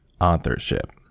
Authorship